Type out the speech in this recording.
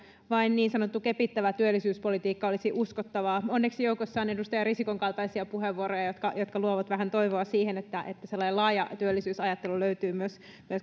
vain niin sanottu kepittävä työllisyyspolitiikka olisi uskottavaa onneksi joukossa on edustaja risikon kaltaisia puheenvuoroja jotka luovat vähän toivoa siihen että että sellainen laaja työllisyysajattelu löytyy myös